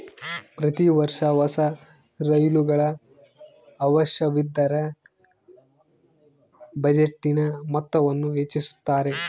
ಪ್ರತಿ ವರ್ಷ ಹೊಸ ರೈಲುಗಳ ಅವಶ್ಯವಿದ್ದರ ಬಜೆಟಿನ ಮೊತ್ತವನ್ನು ಹೆಚ್ಚಿಸುತ್ತಾರೆ